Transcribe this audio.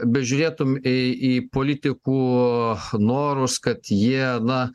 bežiūrėtum į į politikų norus kad jie na